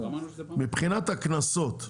מבחינת הקנסות,